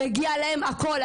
מגיע להם הכול,